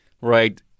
right